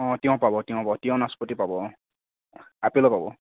অঁ তিয়ঁহ পাব তিয়ঁহ পাব তিয়ঁহ নাচপতি পাব অঁ আপেলো পাব